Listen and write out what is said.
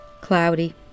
cloudy